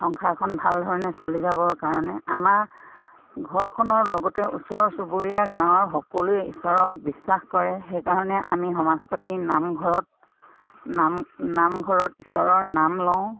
সংসাৰখন ভাল ধৰণে চলি যাবৰ কাৰণে আমাৰ ঘৰখনৰ লগতে ওচৰ চুবুৰীয়া গাঁৱৰ সকলোৱে ঈশ্বৰক বিশ্বাস কৰে সেইকাৰণে আমি সমাজ পাতি নামঘৰত নাম নামঘৰত ঈশ্বৰৰ নাম লওঁ